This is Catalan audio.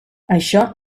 això